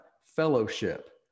fellowship